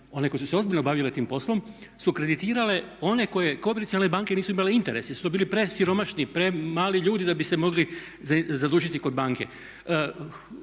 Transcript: one koje su se ozbiljno bavile tim poslom su kreditirale one koje komercijalne banke nisu imale interes, jer su to bili presiromašni, premali ljudi da bi se mogli zadužiti kod banke.